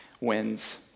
wins